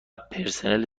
پرسنل